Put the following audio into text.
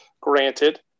granted